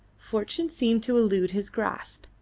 fortune seemed to elude his grasp,